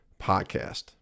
podcast